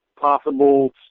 possible